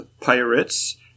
Pirates